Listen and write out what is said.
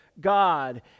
god